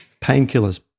Painkillers